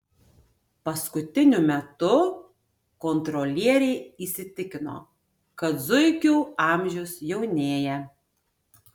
paskutiniu metu kontrolieriai įsitikino kad zuikių amžius jaunėja